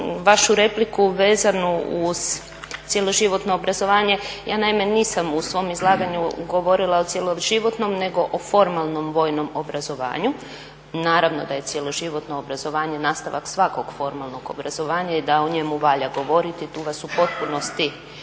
vašu repliku vezanu uz cjeloživotno obrazovanje. Ja naime nisam u svome izlaganju govorila o cjeloživotnom nego o formalnom vojnom obrazovanju. Naravno da je cjeloživotno obrazovanje nastavak svakog formalnog obrazovanja i da o njemu valja govoriti tu vas u potpunosti